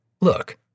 look